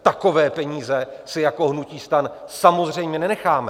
Takové peníze si jako hnutí STAN samozřejmě nenecháme.